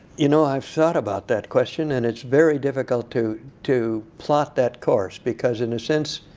you know, i've thought about that question, and it's very difficult to to plot that course. because in a sense,